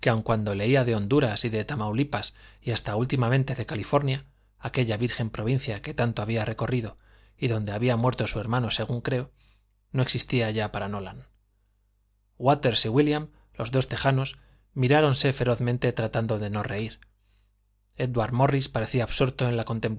cuando leía de honduras y de tamaulipas y hasta últimamente de california aquella virgen provincia que tanto había recorrido y donde había muerto su hermano según creo no existía ya para nolan waters y williams los dos tejanos miráronse ferozmente tratando de no reír édward morris parecía absorto en la